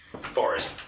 forest